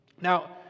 Now